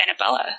Annabella